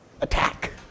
Attack